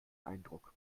eindruck